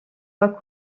pas